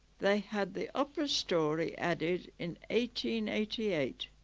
they had the upper storey added in eighty in eighty eight